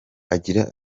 agira